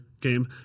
game